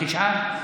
תשעה?